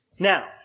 Now